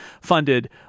funded